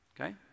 okay